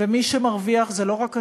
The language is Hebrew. ומי שמרוויח זה לא רק התנועה,